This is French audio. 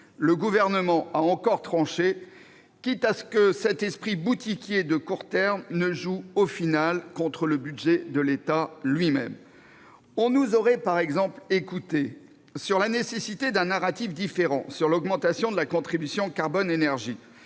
le Gouvernement a encore tranché, quitte à ce que cet esprit boutiquier de court terme ne joue au final contre le budget de l'État lui-même. Si on nous avait écoutés, par exemple, sur la nécessité d'un narratif différent sur l'augmentation de la contribution carbone-énergie,